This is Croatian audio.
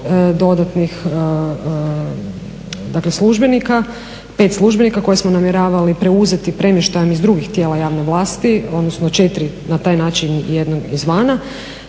dodatnih dakle službenika, pet službenika koje smo namjeravali preuzeti premještajem iz drugih tijela javne vlasti, odnosno četiri. Na taj način jednog izvana,